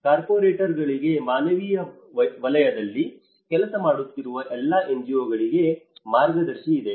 ಕಾರ್ಪೊರೇಟ್ಗಳಿಗೆ ಮಾನವೀಯ ವಲಯದಲ್ಲಿ ಕೆಲಸ ಮಾಡುತ್ತಿರುವ ಎಲ್ಲಾ NGO ಗಳಿಗೆ ಮಾರ್ಗದರ್ಶಿ ಇದೆ